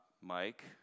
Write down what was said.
Mike